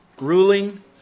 ruling